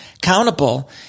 Accountable